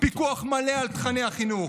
פיקוח מלא על תוכני החינוך.